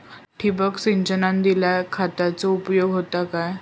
ठिबक सिंचनान दिल्या खतांचो उपयोग होता काय?